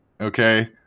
okay